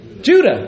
Judah